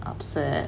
upset